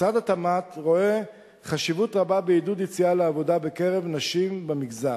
משרד התמ"ת רואה חשיבות רבה בעידוד יציאה לעבודה בקרב נשים במגזר.